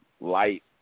light